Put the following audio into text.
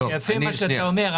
זה יפה מה שאתה אומר,